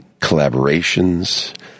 collaborations